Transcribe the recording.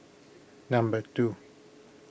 number two